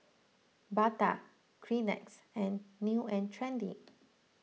Bata Kleenex and New and Trendy